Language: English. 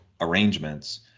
arrangements